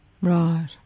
Right